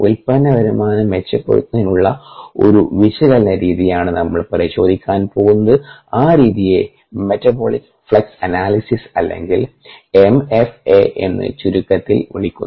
ഉൽപ്പന്ന വരുമാനം മെച്ചപ്പെടുത്തുന്നതിനുള്ള ഒരു വിശകലന രീതിയാണ് നമ്മൾ പരിശോധിക്കാൻ പോകുന്നത് ആ രീതിയെ മെറ്റബോളിക് ഫ്ലക്സ് അനാലിസിസ് അല്ലെങ്കിൽ എംഎഫ്എ എന്ന് ചുരുക്കത്തിൽ വിളിക്കുന്നു